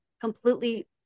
completely